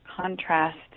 contrast